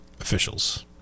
officials